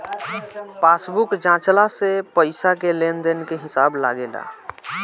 passbook जाँचला से पईसा के लेन देन के हिसाब लागेला